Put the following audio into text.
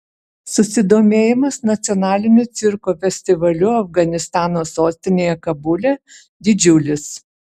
susidomėjimas nacionaliniu cirko festivaliu afganistano sostinėje kabule didžiulis